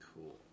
Cool